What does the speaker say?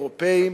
אירופיים,